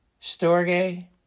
Storge